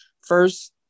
First